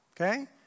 Okay